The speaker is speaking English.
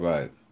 Right